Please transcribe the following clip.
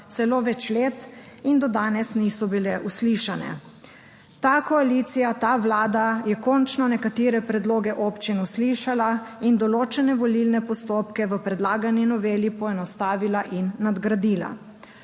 celo več let, in do danes niso bile uslišane. Ta koalicija, ta vlada je končno nekatere predloge občin uslišala in določene volilne postopke v predlagani noveli poenostavila in nadgradila.